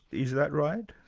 is that right?